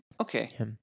Okay